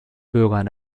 bürgern